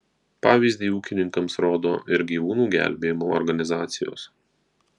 pavyzdį ūkininkams rodo ir gyvūnų gelbėjimo organizacijos